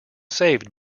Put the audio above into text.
saved